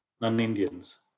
non-Indians